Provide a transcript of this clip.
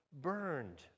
burned